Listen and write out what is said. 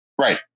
Right